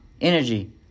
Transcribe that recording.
energy